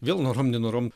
vėl norom nenorom